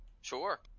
Sure